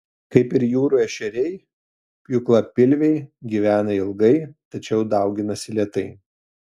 kaip ir jūrų ešeriai pjūklapilviai gyvena ilgai tačiau dauginasi lėtai